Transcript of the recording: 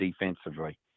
defensively